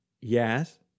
Yes